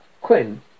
Quinn